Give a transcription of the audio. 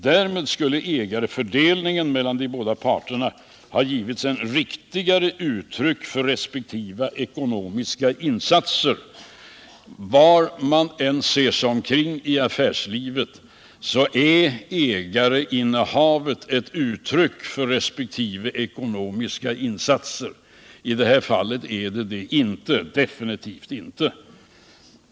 Därmed skulle ägarfördelningen mellan de båda parterna ha givit ett riktigare uttryck för resp. ekonomiska insatser. Var man än ser sig om i affärslivet finner man att ägarinnehavet är ett uttryck för resp. ekonomiska insatser, men i det här fallet är det definitivt inte så.